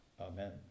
Amen